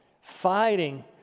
fighting